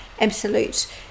absolute